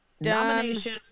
nomination